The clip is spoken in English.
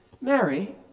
Mary